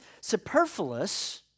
superfluous